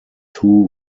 two